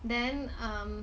then um